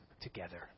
together